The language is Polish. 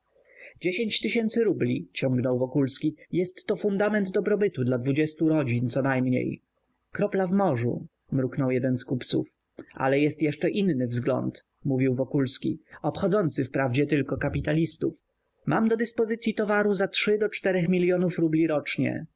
dziesięć tysięcy rubli ciągnął wokulski jest to fundament dobrobytu dla dwudziestu rodzin conajmniej kropla w morzu mruknął jeden z kupców ale jest jeszcze inny wzgląd mówił wokulski obchodzący wprawdzie tylko kapitalistów mam do dyspozycyi towaru za trzy do czterech milionów rubli rocznie